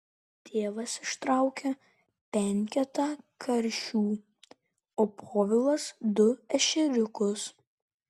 tėvas ištraukia penketą karšių o povilas du ešeriukus